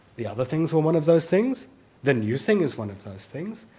the other things were one of those things the new thing is one of those things,